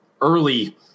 early